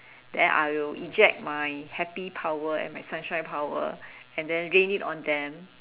then I will eject my happy power and my sunshine power and then rain it on them